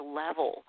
level